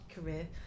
career